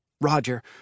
Roger